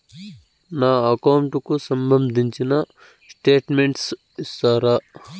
నా అకౌంట్ కు సంబంధించిన స్టేట్మెంట్స్ ఇస్తారా